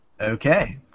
Okay